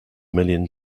million